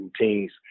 routines